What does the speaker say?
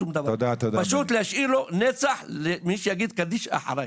אלא שיישאר מי שיגיד קדיש אחריי.